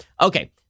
Okay